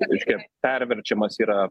reiškia perverčiamas yra